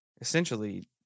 essentially